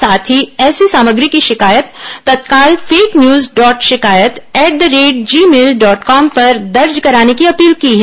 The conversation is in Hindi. साथ ही ऐसी सामग्री की शिकायत तत्काल फेक न्यूज डॉट शिकायत at the rate gmail dot com पर दर्ज कराने की अपील की है